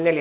asia